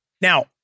Now